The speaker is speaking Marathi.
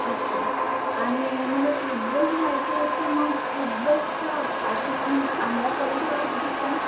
अच्छा आणि मला टूथब्रश घ्यायचे आहे तर मग टूथब्रशचं पॅकेट म्हणजे चांगल्या कॉलिटीवालं कितीचं आहे